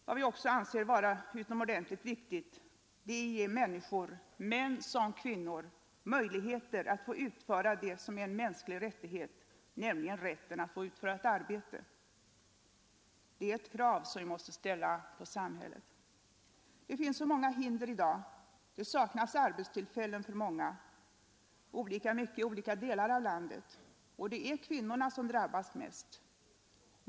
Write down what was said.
Vad vi sedan anser viktigt är att ge människor, män som kvinnor, möjligheter att utföra ett arbete. Det är en mänsklig rättighet som vi måste kräva att samhället ger oss. Det finns så många hinder i dag. Arbetstillfällen saknas för många, för olika många i olika delar av landet. Och det är kvinnor som drabbas hårdast.